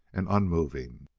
and unmoving.